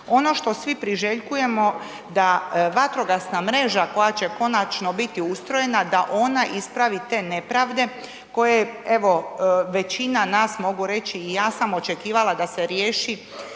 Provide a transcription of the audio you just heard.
Ono što svi priželjkujemo da vatrogasna mreža koja će konačno biti ustrojena, da ona ispravi te nepravde koje evo većina nas mogu reći i ja sam očekivala da se riješi